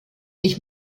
ich